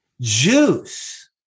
Juice